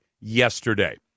yesterday